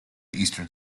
eastern